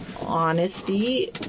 honesty